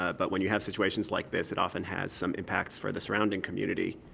ah but when you have situations like this it often has some impacts for the surrounding community.